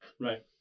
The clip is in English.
right